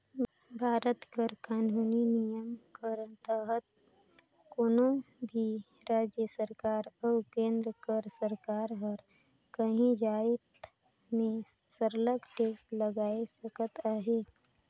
भारत कर कानूनी नियम कर तहत कोनो भी राएज सरकार अउ केन्द्र कर सरकार हर काहीं जाएत में सरलग टेक्स लगाए सकत अहे